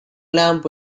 lamp